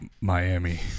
Miami